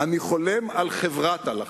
אני חולם על חברת הלכה.